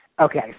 Okay